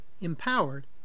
empowered